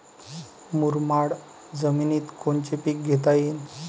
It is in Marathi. मुरमाड जमिनीत कोनचे पीकं घेता येईन?